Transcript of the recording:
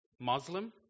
Muslim